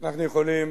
אנחנו יכולים